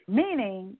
meaning